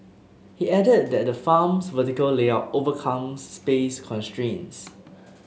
he added that the farm's vertical layout overcomes space constraints